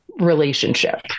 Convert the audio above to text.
relationship